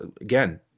again